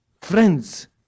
friends